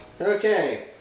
Okay